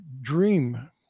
dream